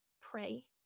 pray